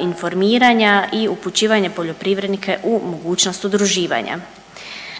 informiranja i upućivanja poljoprivrednika u mogućnost udruživanja.